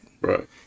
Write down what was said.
Right